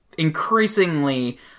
increasingly